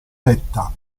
metta